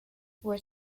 were